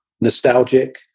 nostalgic